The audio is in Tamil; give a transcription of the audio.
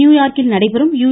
நியூயார்க்கில் நடைபெறும் யு